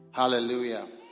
Hallelujah